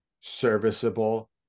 serviceable